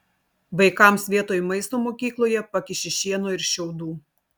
vaikams vietoj maisto mokykloje pakiši šieno ir šiaudų